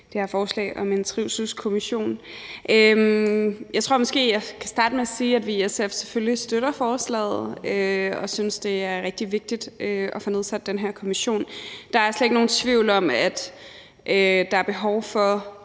det her forslag om en trivselskommission. Jeg tror måske, jeg kan starte med at sige, at vi i SF selvfølgelig støtter forslaget, og at vi synes, det er rigtig vigtigt at få nedsat den her kommission. Der er slet ikke nogen tvivl om, at der er behov for